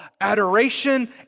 adoration